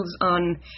on